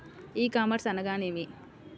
ఈ కామర్స్ అనగా నేమి?